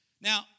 Now